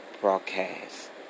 broadcast